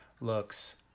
looks